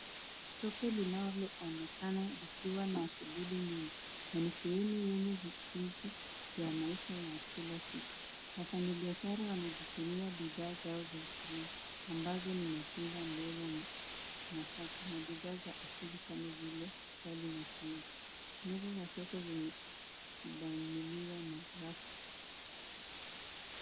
Soko linaloonekana likiwa na shughuli nyingi na ni sehemu yenye vitu vya maisha ya kila siku. Wafanyabiashara wanajivunia bidhaa zao za kilimo ambazo ni matunda, mboga na nafaka na bidhaa za asili kama vile asali na pilipili. Meza za soko zimedandiliwa na rafu.